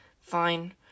Fine